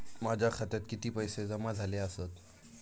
माझ्या खात्यात किती पैसे जमा झाले आसत?